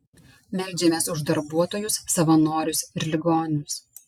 meldžiamės už darbuotojus savanorius ir ligonius